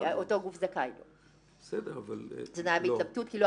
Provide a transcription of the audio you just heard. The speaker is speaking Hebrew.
בסוף התברר לו שיש לה